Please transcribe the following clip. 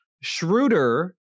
Schroeder